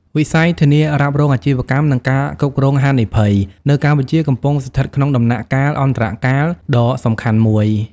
វិស័យធានារ៉ាប់រងអាជីវកម្ម និងការគ្រប់គ្រងហានិភ័យ នៅកម្ពុជាកំពុងស្ថិតក្នុងដំណាក់កាលអន្តរកាលដ៏សំខាន់មួយ។